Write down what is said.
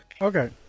Okay